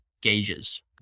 gauges